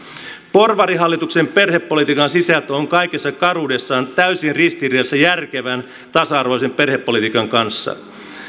porvarihallituksen perhepolitiikan sisältö on kaikessa karuudessaan täysin ristiriidassa järkevän tasa arvoisen perhepolitiikan kanssa